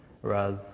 whereas